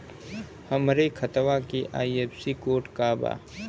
हमरे खतवा के आई.एफ.एस.सी कोड का बा?